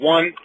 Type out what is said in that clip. One